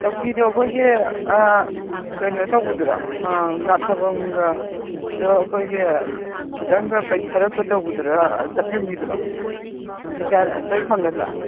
ꯆꯧꯀ꯭ꯔꯤꯗꯣ ꯑꯩꯈꯣꯏꯒꯤ ꯀꯩꯅꯣ ꯇꯧꯕꯗꯨꯔꯥ ꯉꯥꯊꯕꯝꯒꯗꯣ ꯑꯩꯈꯣꯏꯒꯤ ꯈꯤꯔꯪꯒ ꯄꯩꯊꯔꯞꯀ ꯇꯧꯕꯗꯨꯔꯥ ꯆꯞ ꯌꯨꯡꯕꯤꯗꯨꯔꯣ ꯗꯤꯖꯥꯏꯟ ꯂꯣꯏ ꯐꯪꯒꯗ꯭ꯔꯥ